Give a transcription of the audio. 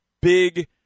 big